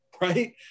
right